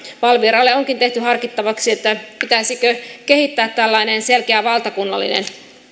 valviralle onkin tehty harkittavaksi pitäisikö kehittää tällainen selkeä valtakunnallinen